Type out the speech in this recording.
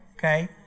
Okay